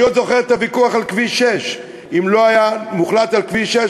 אני עוד זוכר את הוויכוח על כביש 6. אם לא היה מוחלט על כביש 6,